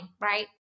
Right